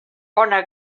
bona